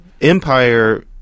Empire